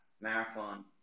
marathon